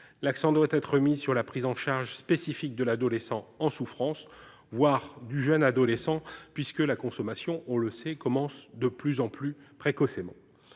L'accent doit être mis sur la prise en charge spécifique de l'adolescent en souffrance, voire du jeune adolescent, car la consommation débute de plus en plus précocement.